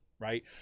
right